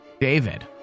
David